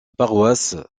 paroisse